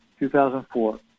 2004